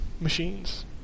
machines